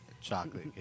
Chocolate